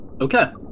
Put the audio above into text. Okay